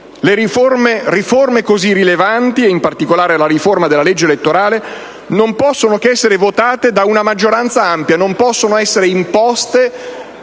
Riforme così rilevanti, in particolare la riforma della legge elettorale, non possono che essere votate da una maggioranza ampia e non possono essere imposte